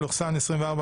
התשפ"א-2021,